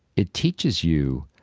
it teaches you